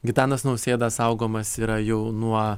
gitanas nausėda saugomas yra jau nuo